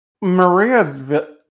Maria's